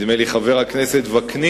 נדמה לי, חבר הכנסת וקנין,